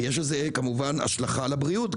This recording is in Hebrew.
ויש לזה כמובן גם השלכה על הבריאות,